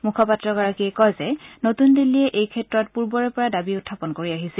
মুখপাত্ৰগৰাকীয়ে কয় যে নতুন দিল্লীয়ে এই ক্ষেত্ৰত পূৰ্বৰে পৰা দাবী উখাপন কৰি আহিছিল